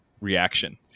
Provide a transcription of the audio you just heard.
reaction